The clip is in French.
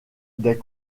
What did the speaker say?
des